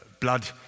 blood